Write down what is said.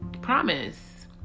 Promise